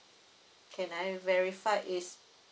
can I verify is